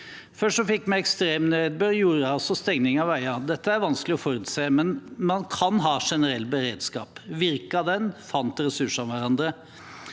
Først fikk vi ekstremnedbør, jordras og stenging av veier. Dette er vanskelig å forutse, men man kan ha generell beredskap. Virket den, fant ressursene hverandre?